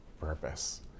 purpose